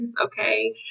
okay